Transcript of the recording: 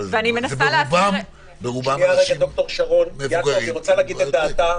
שגם נפטרים מהמחלה הזאת,